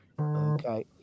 Okay